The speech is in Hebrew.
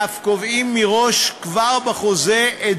ואף קובעים מראש, כבר בחוזה,